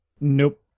Nope